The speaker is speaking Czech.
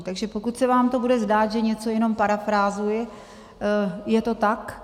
Takže pokud se vám bude zdát, že něco jenom parafrázuji, je to tak.